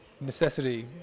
necessity